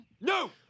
No